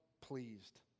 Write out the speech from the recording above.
pleased